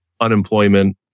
unemployment